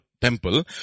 temple